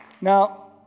Now